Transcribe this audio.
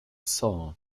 saw